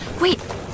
Wait